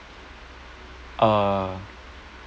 uh